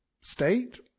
state